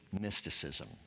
mysticism